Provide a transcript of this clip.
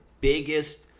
biggest